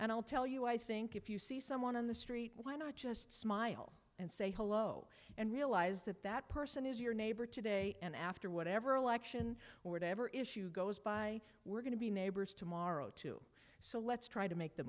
and i'll tell you i think if you see someone on the street why not just smile and say hello and realize that that person is your neighbor today and after whatever election or ever issue goes by we're going to be neighbors tomorrow too so let's try to make the